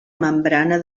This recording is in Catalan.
membrana